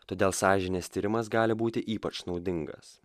todėl sąžinės tyrimas gali būti ypač naudingas